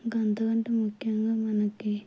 ఇంక అంతకంటే ముఖ్యంగా మనకి